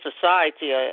society